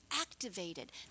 activated